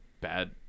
bad